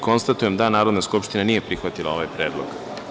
Konstatujem da Narodna skupština nije prihvatila ovaj predlog.